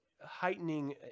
heightening